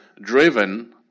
driven